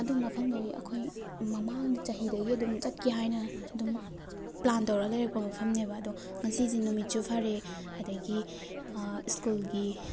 ꯑꯗꯨ ꯃꯐꯝꯗꯨꯒꯤ ꯑꯩꯈꯣꯏ ꯃꯃꯥꯡ ꯆꯍꯤꯗꯒꯤ ꯑꯗꯨꯝ ꯆꯠꯀꯦ ꯍꯥꯏꯅ ꯑꯗꯨꯝ ꯄ꯭ꯂꯥꯟ ꯇꯧꯔꯒ ꯂꯩꯔꯛꯄ ꯃꯐꯝꯅꯦꯕ ꯑꯗꯣ ꯉꯁꯤꯁꯦ ꯅꯨꯃꯤꯠꯁꯨ ꯐꯔꯦ ꯑꯗꯒꯤ ꯁ꯭ꯀꯨꯜꯒꯤ